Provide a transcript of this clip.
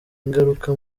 ingaruka